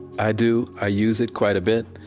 i do. i use it quite a bit.